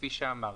כפי שאמרתי.